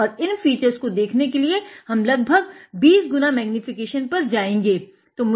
और और इन फीचर्स को देखने के लिए हमे लगभग 20 गुना मैग्नीफीकेशन पर जाना होगा